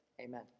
Amen